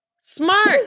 Smart